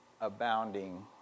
abounding